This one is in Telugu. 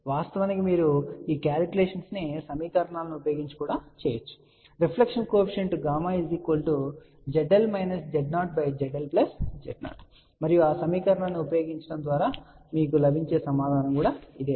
వాస్తవానికి మీరు ఈ క్యాలిక్యులేషన్స్ ను సమీకరణాలను ఉపయోగించి చేయవచ్చు రిఫ్లెక్షన్ కో ఎఫిషియంట్ Γ ZL−Z0ZLZ0 మరియు ఆ సమీకరణాన్ని ఉపయోగించడం ద్వారా మీకు లభించే సమాధానం ఒక్కటే